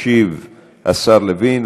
ישיב השר לוין.